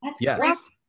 Yes